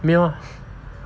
没有 lah